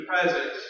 presence